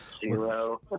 Zero